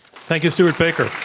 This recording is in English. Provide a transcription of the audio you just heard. thank you, stewart baker.